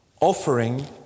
offering